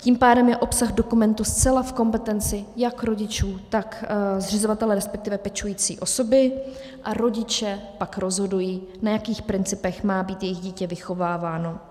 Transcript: Tím pádem je obsah dokumentu zcela v kompetenci jak rodičů, tak zřizovatele, respektive pečující osoby, a rodiče pak rozhodují, na jakých principech má být jejich dítě vychováváno.